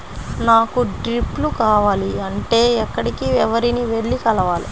నాకు డ్రిప్లు కావాలి అంటే ఎక్కడికి, ఎవరిని వెళ్లి కలవాలి?